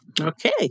Okay